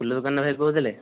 ଫୁଲ ଦୋକାନରୁ ଭାଇ କହୁଥିଲେ